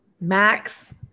Max